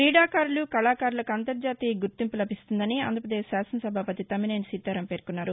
క్రీడాకారులు కళాకారులకు అంతర్జాతీయ గుర్తింపు లభిస్తుందని ఆంధ్రాపదేశ్ శాసన సభాపతి తమ్మినేని సీతారాం పేర్కొన్నారు